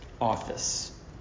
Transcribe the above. office